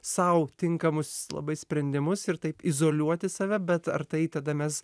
sau tinkamus labai sprendimus ir taip izoliuoti save bet ar tai tada mes